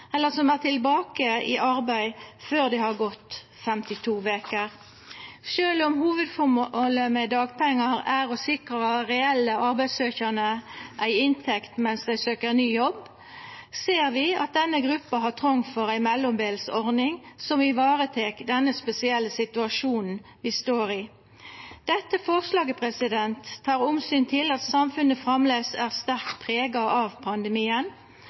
eller som er tilbake i arbeid før det har gått 52 veker. Sjølv om hovudføremålet med dagpengar er å sikra reelle arbeidssøkjande ei inntekt mens dei søkjer ny jobb, ser vi at denne gruppa har trong for ei mellombels ordning som varetek denne spesielle situasjonen vi står i. Dette forslaget tek omsyn til at samfunnet framleis er sterkt prega av pandemien,